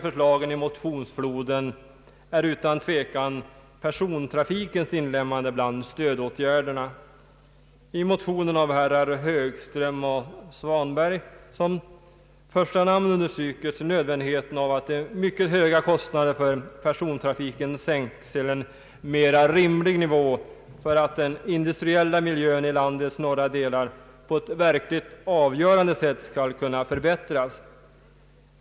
regionalpolitiken nödvändigheten av att de mycket höga kostnaderna för persontrafiken sänks till en mera rimlig nivå för att den industriella miljön i landets norra delar på ett verkligt avgörande sätt skall kunna förbättras.